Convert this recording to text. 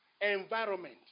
environment